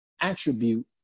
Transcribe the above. attribute